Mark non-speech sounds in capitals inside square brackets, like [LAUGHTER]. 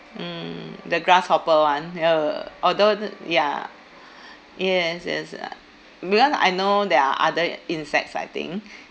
mm the grasshopper [one] [NOISE] although the ya yes yes uh because I know there are other insects I think